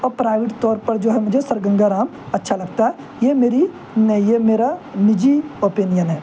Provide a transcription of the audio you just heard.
اور پرائیوٹ طور پر جو ہے مجھے سر گنگا رام اچھا لگتا ہے یہ میری نہیں یہ میرا نجی اوپینئن ہے